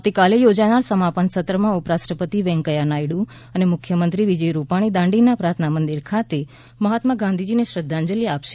આવતીકાલે યોજાનાર સમાપન સત્રમાં ઉપરાષ્ટ્રપતિ વૈંક્યા નાયડુ અને મુખ્યમંત્રી વિજય રૂપાણી દાંડીના પ્રાર્થના મંદિર ખાતે મહાત્મા ગાંધીજીને શ્રદ્ધાંજલિ આપશે